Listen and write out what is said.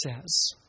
says